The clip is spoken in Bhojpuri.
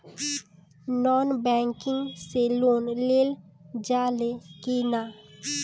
नॉन बैंकिंग से लोन लेल जा ले कि ना?